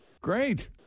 great